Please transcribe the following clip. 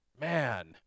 man